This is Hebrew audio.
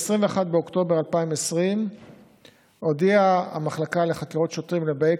ב-21 באוקטובר 2020 הודיעה המחלקה לחקירות שוטרים לבאי